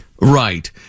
Right